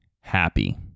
happy